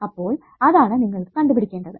അപ്പോൾ അതാണ് നിങ്ങൾക്ക് കണ്ടുപിടിക്കേണ്ടത്